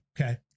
Okay